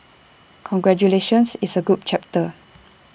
congratulations it's A good chapter